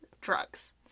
drugs